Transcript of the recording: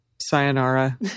sayonara